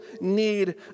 need